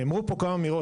נאמרו פה כמה אמירות,